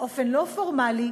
באופן לא פורמלי,